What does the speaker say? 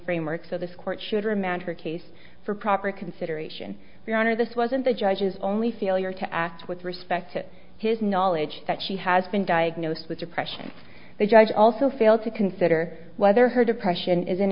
framework so this court should remand her case for proper consideration your honor this wasn't the judge's only failure to act with respect to his knowledge that she has been diagnosed with depression the judge also failed to consider whether her depression is an